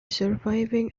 surviving